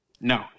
No